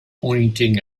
pointing